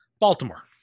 Baltimore